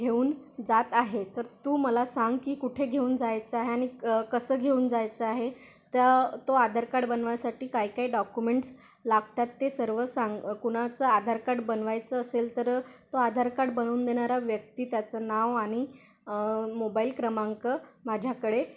घेऊन जात आहे तर तू मला सांग की कुठे घेऊन जायचं आहे आणि कसं घेऊन जायचं आहे त्या तो आधार कार्ड बनवायसाठी काय काय डॉक्युमेंट्स लागतात ते सर्व सांग कुणाचं आधार कार्ड बनवायचं असेल तर तो आधार कार्ड बनवून देणारा व्यक्ती त्याचं नाव आणि मोबाईल क्रमांक माझ्याकडे